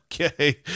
okay